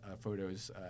photos